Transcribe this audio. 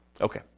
Okay